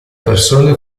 persone